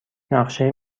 نقشه